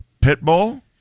Pitbull